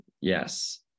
yes